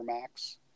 max